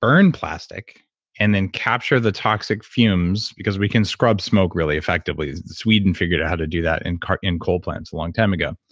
burn plastic and then capture the toxic fumes because we can scrub smoke really effectively. sweden figured out how to do that in coal in coal plants a long time ago.